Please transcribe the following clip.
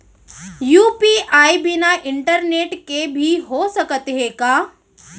UPI बिना internet के भी हो सकत हे का?